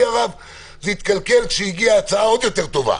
הרב זה התקלקל כשהגיע הצעה יותר טובה.